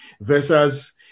versus